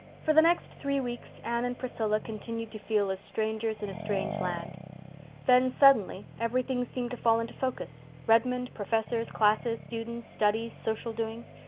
for the next three weeks anne and priscilla continued to feel as strangers in a strange land then, suddenly, everything seemed to fall into focus redmond, professors, classes, students, studies, social doings.